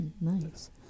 nice